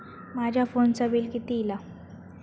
माझ्या फोनचा बिल किती इला?